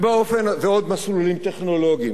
גם עוד מסלולים טכנולוגיים.